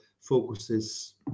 focuses